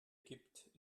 gibt